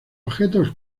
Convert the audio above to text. objetos